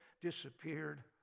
disappeared